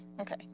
Okay